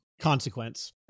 Consequence